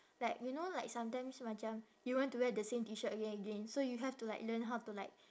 like you know like sometimes macam you want to wear the same T shirt again again so you have to like learn how to like